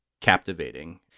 captivating